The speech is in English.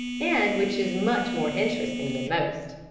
and which is much more interesting than most.